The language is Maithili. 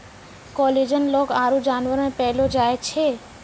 कोलेजन लोग आरु जानवर मे पैलो जाय छै